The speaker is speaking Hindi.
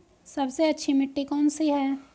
सबसे अच्छी मिट्टी कौन सी है?